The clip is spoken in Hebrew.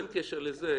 אין קשר לזה.